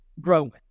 growing